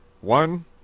One